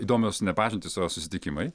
įdomios ne pažintys o yra susitikimai